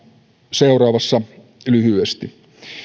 seuraavassa lyhyesti